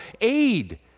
aid